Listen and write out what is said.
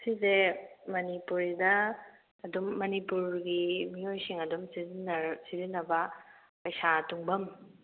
ꯁꯤꯁꯦ ꯃꯅꯤꯄꯨꯔꯤꯗ ꯑꯗꯨꯝ ꯃꯅꯤꯄꯨꯔꯒꯤ ꯃꯤꯑꯣꯏꯁꯤꯡ ꯑꯗꯨꯝ ꯁꯤꯖꯟꯅꯕ ꯄꯩꯁꯥ ꯇꯨꯡꯐꯝ